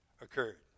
occurred